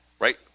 right